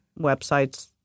websites